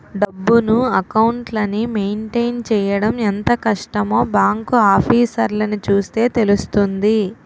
డబ్బును, అకౌంట్లని మెయింటైన్ చెయ్యడం ఎంత కష్టమో బాంకు ఆఫీసర్లని చూస్తే తెలుస్తుంది